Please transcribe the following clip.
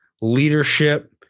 leadership